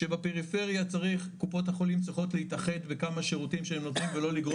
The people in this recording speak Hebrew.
שבפריפריה קופות החולים צריכות להתאחד בכמה שירותים שהם נותנים ולא לגרום